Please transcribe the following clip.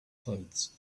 clothes